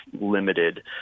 limited